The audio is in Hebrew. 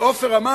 כי עופר,